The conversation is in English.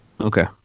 okay